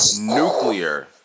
nuclear